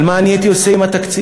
על מה אני הייתי עושה עם התקציב.